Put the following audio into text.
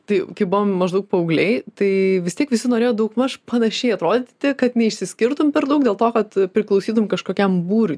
tai kai buvom maždaug paaugliai tai vis tiek visi norėjo daugmaž panašiai atrodyti kad neišsiskirtum per daug dėl to kad priklausytum kažkokiam būriui